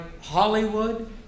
Hollywood